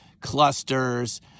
clusters